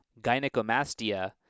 gynecomastia